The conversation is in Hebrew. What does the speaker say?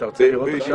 אתה רוצה לראות עכשיו?